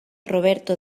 roberto